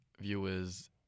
viewers